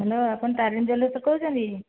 hello ଆପଣ ତାରିଣୀ ଜୁଏଲର୍ସରୁ କହୁଛନ୍ତି